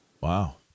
Wow